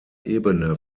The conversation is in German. ebene